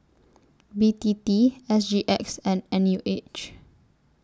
B T T S G X and N U H